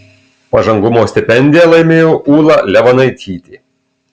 pažangumo stipendiją laimėjo ūla levanaitytė